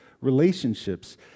relationships